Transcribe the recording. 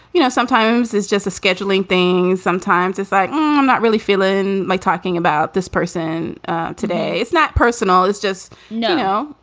you know, sometimes it's just a scheduling thing. sometimes it's like i'm not really feeling my talking about this person today. it's not personal. it's just no,